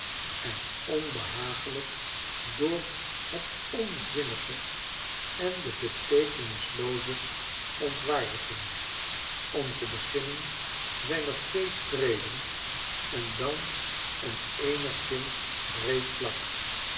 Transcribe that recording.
en onbehaaglyk door het onzinnige en de beteekenislooze ontwaardiging om te beginnen zijn er twee treden en dan een eenigszins breed vlak